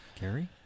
Gary